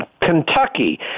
Kentucky